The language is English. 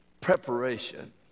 preparation